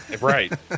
Right